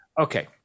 Okay